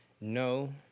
No